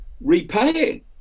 repaying